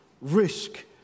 risk